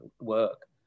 work